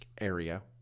area